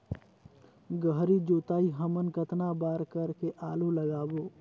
गहरी जोताई हमन कतना बार कर के आलू लगाबो?